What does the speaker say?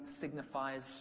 signifies